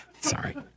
Sorry